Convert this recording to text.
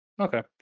Okay